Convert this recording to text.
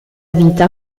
vita